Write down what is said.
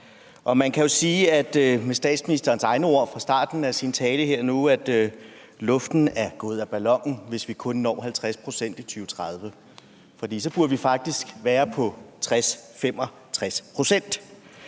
Og man kan jo med statsministerens egne ord fra starten af hans tale nu her sige, at luften er gået af ballonen, hvis vi kun når 50 pct. i 2030. For så burde vi faktisk være på 60-65 pct.